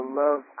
love